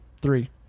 three